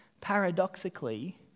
paradoxically